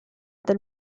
dal